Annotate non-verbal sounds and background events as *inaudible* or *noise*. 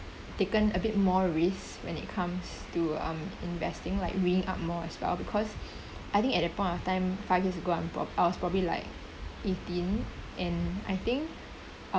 taken a bit more risk when it comes to um investing like ring up more as well because *breath* I think at that point of time five years ago I'm I was probably like eighteen and I think